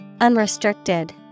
Unrestricted